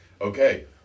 okay